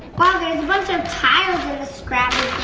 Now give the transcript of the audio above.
wow, there's a bunch of tiles in this scrabble